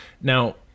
Now